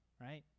right